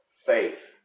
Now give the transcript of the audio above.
faith